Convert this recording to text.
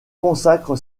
consacre